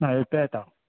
ना एकटो येता हय